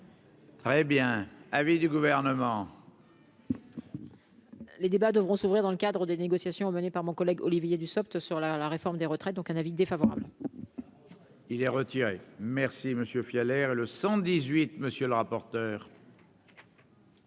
très bien habillé du gouvernement. Les débats devront s'ouvrir dans le cadre des négociations menées par mon collègue Olivier Dussopt sur la réforme des retraites, donc un avis défavorable. Il est retiré, merci monsieur Fiole air et le cent